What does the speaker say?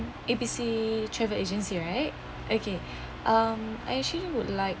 A B C travel agency right okay um I actually would like